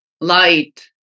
light